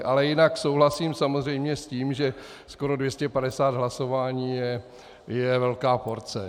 Ale jinak souhlasím samozřejmě s tím, že skoro 250 hlasování je velká porce.